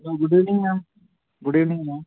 hello good evening ma'am good evening ma'am